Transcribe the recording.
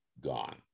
gone